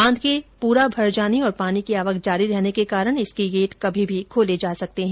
बांध के लगभग पूरा भर जाने और पानी की आवक जारी रहने के कारण इसके गेट कभी भी खोले जा सकते है